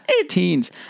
Teens